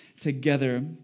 together